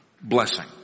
blessing